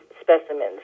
specimens